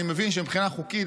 אני מבין שמבחינה חוקית,